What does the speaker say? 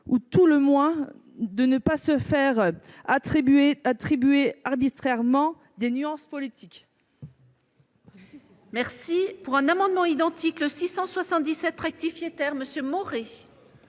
ou à tout le moins, de ne pas se voir attribuer arbitrairement une nuance politique.